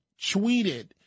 tweeted